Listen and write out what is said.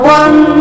one